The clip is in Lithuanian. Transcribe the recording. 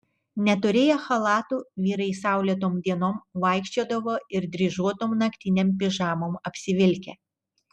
neturėję chalatų vyrai saulėtom dienom vaikščiodavo ir dryžuotom naktinėm pižamom apsivilkę